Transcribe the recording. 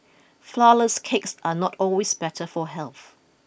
flourless cakes are not always better for health